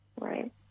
Right